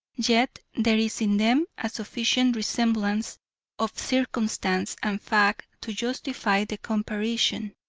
yet there is in them a sufficient resemblance of circumstance and fact to justify the comparison,